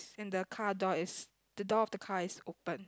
and the car door is the door of the car is open